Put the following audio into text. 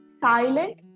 silent